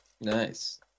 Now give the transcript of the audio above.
nice